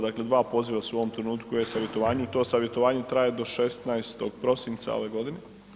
Dakle, dva poziva su u ovom trenutku u e-savjetovanju i to savjetovanje traje do 16. prosinca ove godine.